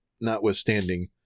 notwithstanding